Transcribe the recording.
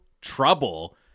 trouble